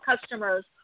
customers